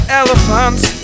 elephants